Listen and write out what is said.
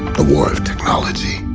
a war of technology.